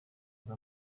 aza